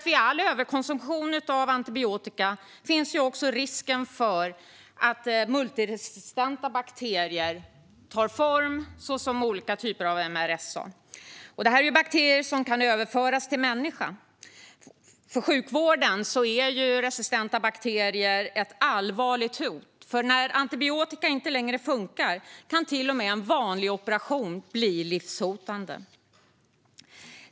Vid all överkonsumtion av antibiotika finns också risken för att multiresistenta bakterier tar form, såsom olika typer av MRSA. Det är bakterier som kan överföras till människa. För sjukvården är resistenta bakterier ett allvarligt hot. För när antibiotika inte längre fungerar kan till och med en vanlig operation bli livshotande.